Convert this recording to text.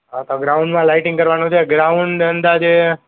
આખા ગ્રાઉન્ડમાં લાઈટિંગ કરવાનું છે ગ્રાઉન્ડ અંદાજે